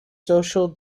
social